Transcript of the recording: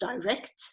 direct